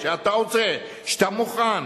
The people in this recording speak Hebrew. שאתה עושה, שאתה עושה, שאתה מוכן.